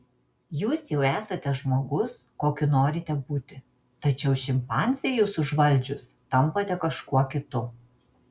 jūs jau esate žmogus kokiu norite būti tačiau šimpanzei jus užvaldžius tampate kažkuo kitu